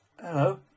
Hello